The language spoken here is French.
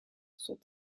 sont